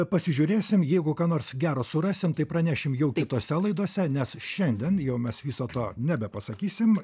pasižiūrėsim jeigu ką nors gero surasim tai pranešim jau kitose laidose nes šiandien jau mes viso to nebepasakysim